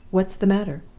what's the matter